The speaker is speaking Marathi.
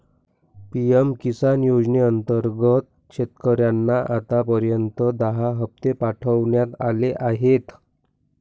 पी.एम किसान योजनेअंतर्गत शेतकऱ्यांना आतापर्यंत दहा हप्ते पाठवण्यात आले आहेत